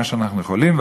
מה שאנחנו יכולים,